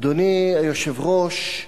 אדוני היושב-ראש,